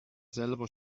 selber